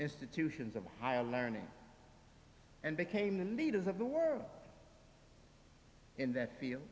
institutions of higher learning and became the leaders of the world in that field